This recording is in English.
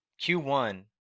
Q1